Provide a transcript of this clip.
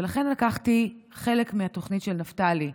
ולכן לקחתי חלק מהתוכנית של נפתלי,